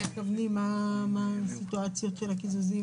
מוותרת ומעבירה את הדיון בחזרה לוועדת הכספים.